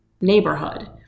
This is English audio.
neighborhood